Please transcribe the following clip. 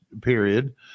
period